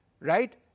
right